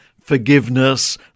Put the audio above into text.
forgiveness